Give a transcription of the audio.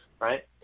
right